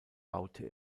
baute